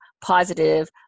positive